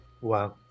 Wow